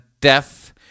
death